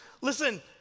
Listen